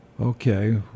Okay